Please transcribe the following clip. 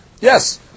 yes